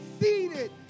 seated